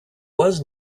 was